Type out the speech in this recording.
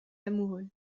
lamoureux